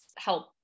help